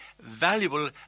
valuable